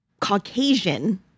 Caucasian